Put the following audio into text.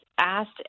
asked